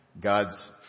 God's